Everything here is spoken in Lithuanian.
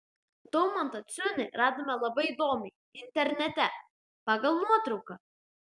daumantą ciunį radome labai įdomiai internete pagal nuotrauką